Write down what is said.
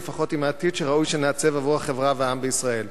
או לפחות עם העתיד שראוי שנעצב עבור החברה והעם בישראל.